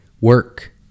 work